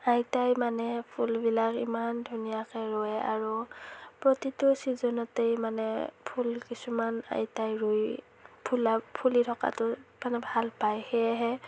আইতাই মানে ফুলবিলাক ইমান ধুনীয়াকৈ ৰোৱে আৰু প্ৰতিটো ছিজনতেই মানে ফুল কিছুমান আইতাই ৰুই ফুলা ফুলি থকাটো মানে ভাল পায় সেয়েহে